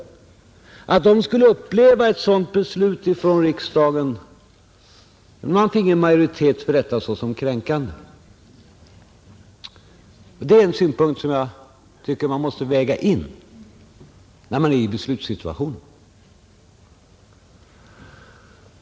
Jag är rädd för att dessa människor skulle uppleva ett sådant beslut från riksdagen som kränkande. Det är en synpunkt som jag tycker att man måste väga in när man är i beslutssituationen.